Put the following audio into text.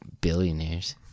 billionaires